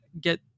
get